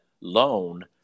loan